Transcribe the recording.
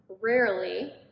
rarely